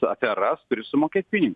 aferas turi sumokėt pinigus